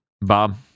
Bob